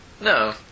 No